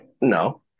No